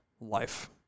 life